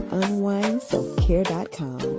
unwindselfcare.com